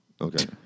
okay